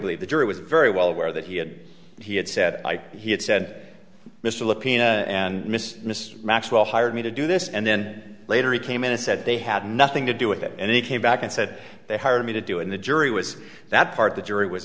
believe the jury was very well aware that he had he had said he had said mr and mrs maxwell hired me to do this and then later he came in and said they had nothing to do with it and he came back and said they hired me to do in the jury was that part of the jury was